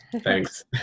Thanks